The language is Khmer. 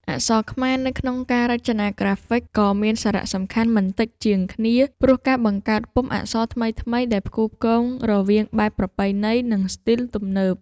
អក្សរខ្មែរនៅក្នុងការរចនាក្រាហ្វិកក៏មានសារៈសំខាន់មិនតិចជាងគ្នា ព្រោះការបង្កើតពុម្ពអក្សរថ្មីៗ ដែលផ្គូផ្គងរវាងបែបប្រពៃណី និងស្ទីលទំនើប